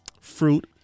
fruit